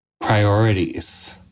Priorities